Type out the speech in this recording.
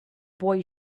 boy